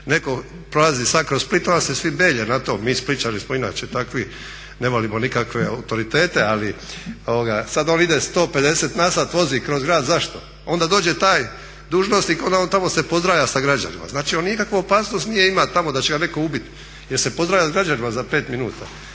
netko prolazi sada kroz Splite onda se svi belje na to. Mi Splićani smo inače takve, ne volimo nikakve autoritete ali sad on ide 150 na sat, vozi kroz grad, zašto? Onda dođe taj dužnosnik, onda on tamo se pozdravlja sa građanima. Znači on nikakvu opasnost nije imao tamo da će ga neko ubiti, jer se pozdravlja sa građanima za 5 minuta.